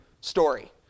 story